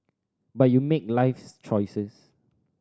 but you make life's choices